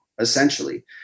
essentially